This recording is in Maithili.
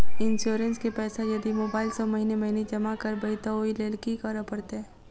इंश्योरेंस केँ पैसा यदि मोबाइल सँ महीने महीने जमा करबैई तऽ ओई लैल की करऽ परतै?